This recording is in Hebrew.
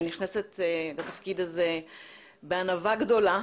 אני נכנסת לתפקיד הזה בענווה גדולה,